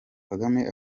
kagame